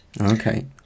Okay